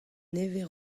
nevez